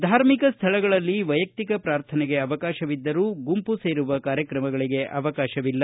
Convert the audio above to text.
ಧಾರ್ಮಿಕ ಸ್ಥಳಗಳಲ್ಲಿ ವಯುಕ್ತಿಕ ಪ್ರಾರ್ಥನೆಗೆ ಅವಕಾಶವಿದ್ದರೂ ಗುಂಪು ಸೇರುವ ಕಾರ್ಯಕ್ರಮಗಳಿಗೆ ಅವಕಾಶವಿಲ್ಲ